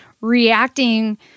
reacting